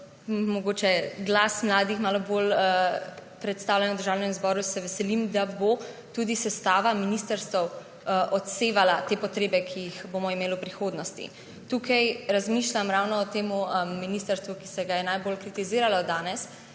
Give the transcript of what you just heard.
mogoče glas mladih malo bolj predstavljen v Državnem zboru, se veselim, da bo tudi sestava ministrstev odsevala te potrebe, ki jih bomo imeli v prihodnosti. Tukaj razmišljam ravno o tem ministrstvu, ki se ga je najbolj kritiziralo danes,